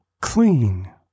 clean